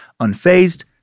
Unfazed